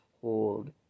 hold